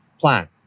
plan